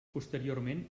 posteriorment